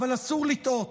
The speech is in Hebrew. אבל אסור לטעות: